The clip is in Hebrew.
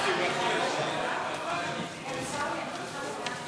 חוק רשות הספנות